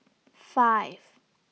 five